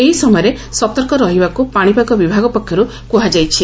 ଏହି ସମୟରେ ସତର୍କ ରହିବାକୁ ପାଶିପାଗ ବିଭାଗ ପକ୍ଷରୁ କୁହାଯାଇଛି